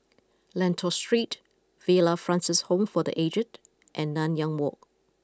Lentor Street Villa Francis Home for the aged and Nanyang Walk